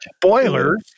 Boiler